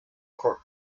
court